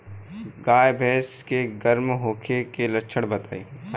गाय भैंस के गर्म होखे के लक्षण बताई?